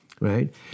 right